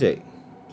then the teacher check